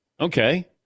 Okay